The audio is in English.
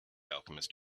alchemist